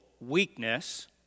weakness